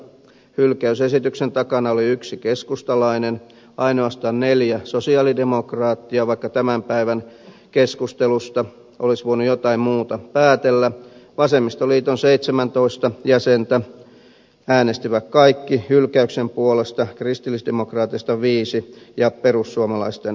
hylkäysesityksen takana oli yksi keskustalainen ainoastaan neljä sosialidemokraattia vaikka tämän päivän keskustelusta olisi voinut jotain muuta päätellä vasemmistoliiton seitsemäntoista jäsentä äänestivät kaikki hylkäyksen puolesta kristillisdemokraateista viisi ja perussuomalaisten eduskuntaryhmästä neljä